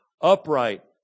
upright